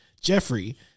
Jeffrey